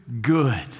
good